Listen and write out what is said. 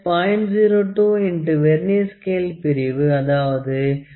02 X vernier scale பிரிவு அதாவது 49 0